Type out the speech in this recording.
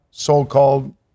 so-called